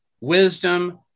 wisdom